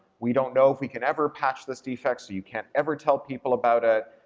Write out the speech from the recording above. we don't know if we can ever patch this defect so you can't ever tell people about it.